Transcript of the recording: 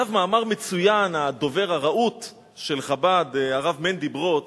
הרב מנדי ברוד,